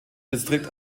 distrikt